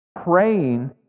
praying